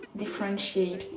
differentiate